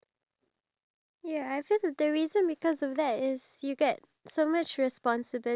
to help couples out there not even to help to just like bring back that first like